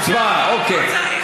הצבעה, אוקיי.